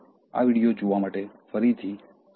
આ વિડિઓ જોવા માટે ફરીથી આભાર